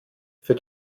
für